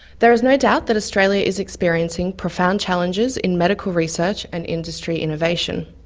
there is no doubt that australia is experiencing profound challenges in medical research and industry innovation.